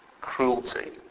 cruelty